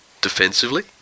defensively